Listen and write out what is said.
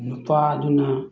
ꯅꯨꯄꯥ ꯑꯗꯨꯅ